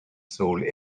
sold